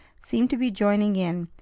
seemed to be joining in,